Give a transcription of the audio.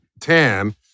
Tan